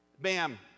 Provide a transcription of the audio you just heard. Bam